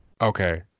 Okay